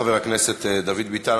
חבר הכנסת דוד ביטן.